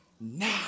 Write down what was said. now